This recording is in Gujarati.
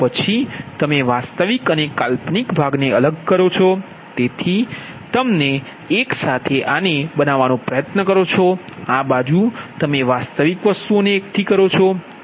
પછી તમે વાસ્તવિક અને કાલ્પનિક ભાગને અલગ કરો તેને એક સાથે બનાવો આ બાજુ તમે વાસ્તવિક એકઠું કરો